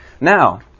Now